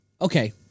Okay